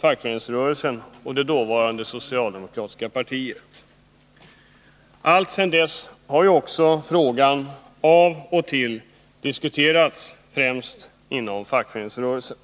fackföreningsrörelsen och det dåvarande socialdemokratiska partiet. Alltsedan dess har den också av och till diskuterats, främst inom fackföreningsrörelsen.